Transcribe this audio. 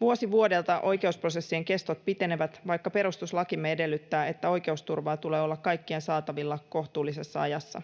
Vuosi vuodelta oikeusprosessien kestot pitenevät, vaikka perustuslakimme edellyttää, että oikeusturva tulee olla kaikkien saatavilla kohtuullisessa ajassa.